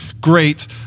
Great